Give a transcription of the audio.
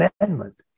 amendment